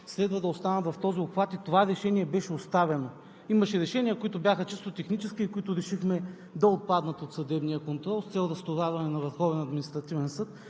следва да останат в този обхват, и това решение беше оставено. Имаше решения, които бяха чисто технически и които решихме да отпаднат от съдебния контрол с цел разтоварване на